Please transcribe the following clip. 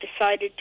decided